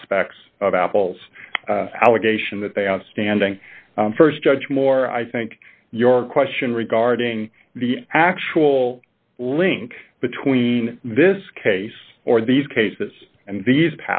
aspects of apple's allegation that they outstanding st judge moore i think your question regarding the actual link between this case or these cases and these